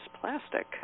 plastic